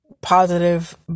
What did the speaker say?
positive